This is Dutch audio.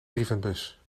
brievenbus